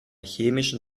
chemischen